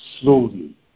slowly